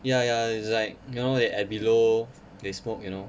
ya ya it's like you know they at below they smoke you know